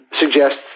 suggests